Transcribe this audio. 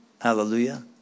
Hallelujah